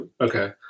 okay